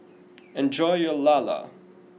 enjoy your lala